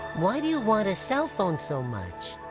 why do you want a cell phone so much?